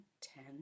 ten